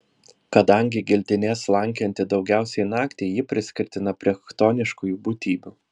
kadangi giltinė slankiojanti daugiausiai naktį ji priskirtina prie chtoniškųjų būtybių